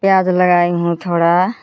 प्याज लगाई हूँ थोड़ा